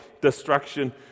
destruction